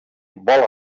vola